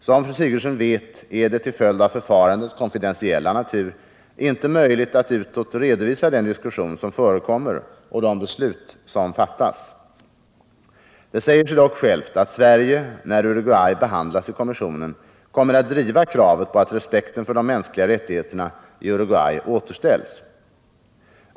Som fru Sigurdsen vet är det, till följd av förfarandets konfidentiella natur, inte möjligt att utåt redovisa den diskussion som förekommer och de beslut som fattas. Det säger sig dock självt att Sverige, när Uruguay behandlas i kommissionen, kommer att driva kravet på att respekten för de mänskliga rättigheterna i Uruguay återställs.